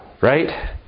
right